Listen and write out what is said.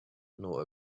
nor